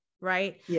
right